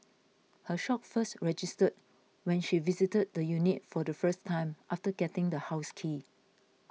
her shock first registered when she visited the unit for the first time after getting the house key